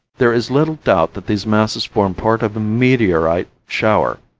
there is little doubt that these masses formed part of a meteorite shower,